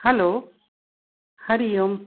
हलो Hari Om